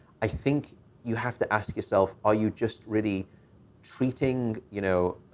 i think you have to ask yourself, are you just really treating, you know,